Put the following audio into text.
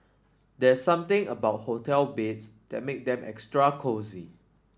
there's something about hotel beds that make them extra cosy